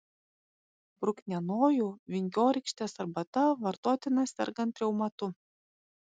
bruknienojų vingiorykštės arbata vartotina sergant reumatu